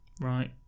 right